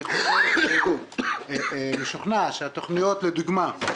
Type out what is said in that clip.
אני משוכנע שהתכניות - לדוגמה,